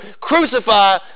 crucify